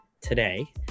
today